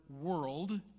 world